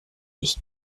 ich